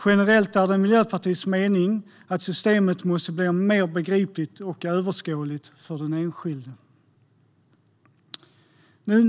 Generellt är det Miljöpartiets mening att systemet måste bli mer begripligt och överskådligt för den enskilde.